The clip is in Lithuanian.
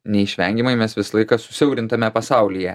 neišvengiamai mes visą laiką susiaurintame pasaulyje